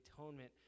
atonement